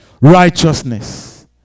Righteousness